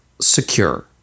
secure